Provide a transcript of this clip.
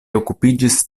okupiĝis